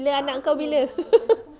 anak kau bila